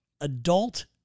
adult